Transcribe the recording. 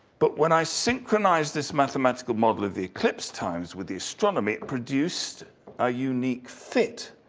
but when i synchronize this mathematical model of the eclipse times with the astronomy, it produced a unique fit.